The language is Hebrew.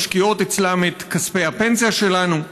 שמשקיעות אצלם את כספי הפנסיה שלנו.